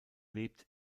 lebt